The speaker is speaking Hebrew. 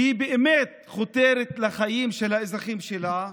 שבאמת חודרת לחיים של האזרחים שלה,